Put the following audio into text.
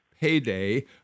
payday